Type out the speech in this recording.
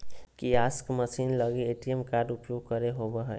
kiosk machine लगी ATM card के उपयोग करे होबो हइ